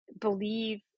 believe